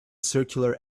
circular